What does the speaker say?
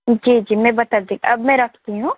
जी जी मैं बताती अब मैं रखती हूँ